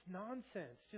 nonsense